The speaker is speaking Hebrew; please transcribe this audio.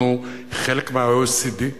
אנחנו חלק מה-OECD.